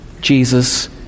Jesus